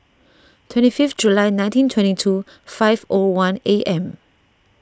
twenty fifth July nineteen twenty two five O one A M